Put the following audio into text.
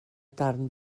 darn